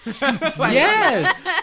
Yes